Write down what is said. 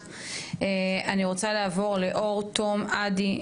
אני רוצה לעבור לאור תום עדי,